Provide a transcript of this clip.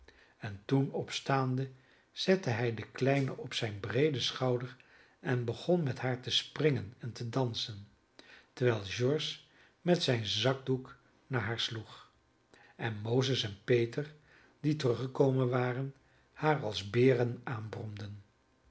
en toen opstaande zette hij de kleine op zijn breeden schouder en begon met haar te springen en te dansen terwijl george met zijn zakdoek naar haar sloeg en mozes en peter die teruggekomen waren haar als beren aanbromden